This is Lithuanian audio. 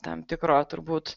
tam tikro turbūt